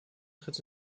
tritt